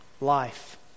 Life